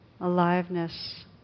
aliveness